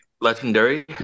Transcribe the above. Legendary